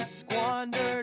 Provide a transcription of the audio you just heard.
squandered